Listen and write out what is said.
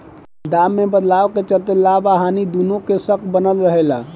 दाम में बदलाव के चलते लाभ आ हानि दुनो के शक बनल रहे ला